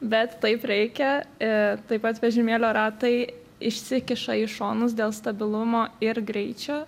bet taip reikia ir taip pat vežimėlio ratai išsikiša į šonus dėl stabilumo ir greičio